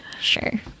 Sure